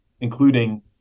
including